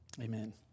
Amen